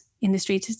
industry